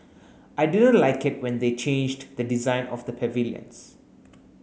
I didn't like it when they changed the design of the pavilions